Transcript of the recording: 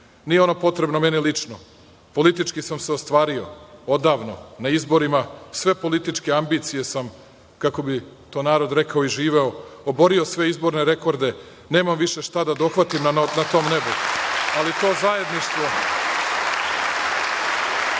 Nije ono potrebno meni lično. Politički sam se ostvario odavno. Na izborima sve političke ambicije sam, kako bi to narod rekao, iživeo, oborio sve izborne rekorde i nemam više šta da dohvatim na tom nebu, ali to zajedništvo